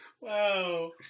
Wow